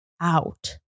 out